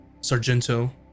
Sargento